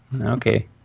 Okay